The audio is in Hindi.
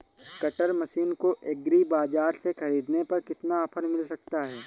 कटर मशीन को एग्री बाजार से ख़रीदने पर कितना ऑफर मिल सकता है?